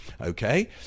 Okay